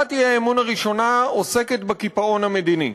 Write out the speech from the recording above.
הצעת האי-אמון הראשונה עוסקת בקיפאון המדיני.